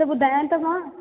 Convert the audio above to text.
त ॿुधायो त मां